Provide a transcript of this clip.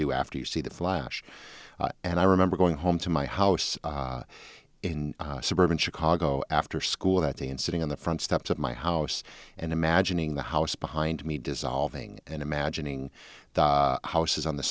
do after you see the flash and i remember going home to my house in suburban chicago after school that day and sitting on the front steps of my house and imagining the house behind me dissolve ing and imagining the houses on the